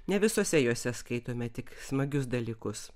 ne visose jose skaitome tik smagius dalykus